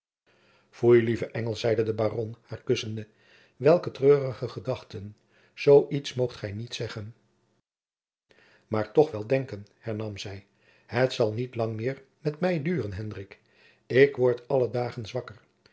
foei lieve engel zeide de baron haar kussende welke treurige gedachten zoo iets moogt gij niet zeggen maar toch wel denken hernam zij het zal niet lang meer met mij duren hendrik ik word alle dagen zwakker